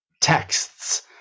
texts